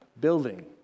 building